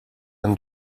and